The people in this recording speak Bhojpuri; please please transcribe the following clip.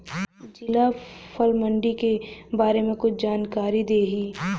जिला फल मंडी के बारे में कुछ जानकारी देहीं?